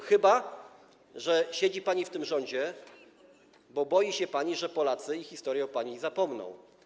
Chyba że siedzi pani w tym rządzie, bo boi się pani, że Polacy i historia o pani zapomną.